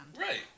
Right